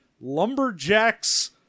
lumberjacks